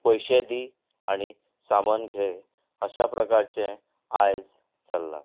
पयशें दी आनी सामान घें अश्यां प्रकारचें आयज चल्ला